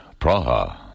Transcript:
Praha